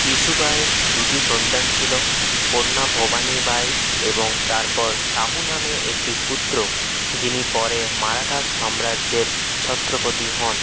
ইসুবায়ের দুটি সন্তান ছিল কন্যা ভবানী বাই এবং তারপর শাহু নামে একটি পুত্র যিনি পরে মারাঠা সাম্রাজ্যের ছত্রপতি হন